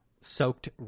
soaked